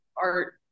art